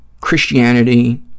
Christianity